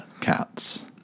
cats